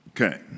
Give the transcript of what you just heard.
Okay